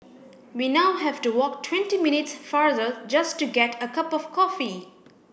we now have to walk twenty minutes farther just to get a cup of coffee